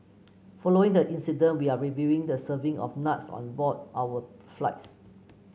following the incident we are reviewing the serving of nuts on board our flights